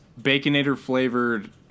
Baconator-flavored